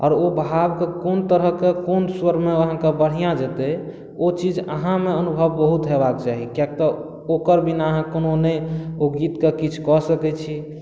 आओर ओ भावके कोन तरह के कोन स्वर मे अहाँके बढ़िऑं जेतै ओ चीज अहाँ मे अनुभव बहुत होयबाक चाही किएक तऽ ओकर बिना अहाँ कोनो नहि ओ गीत के किछु कऽ सकै छी